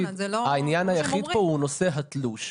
העניין היחיד פה הוא נושא התלוש.